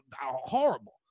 horrible